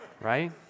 right